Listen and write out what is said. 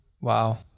Wow